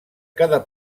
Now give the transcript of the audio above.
cada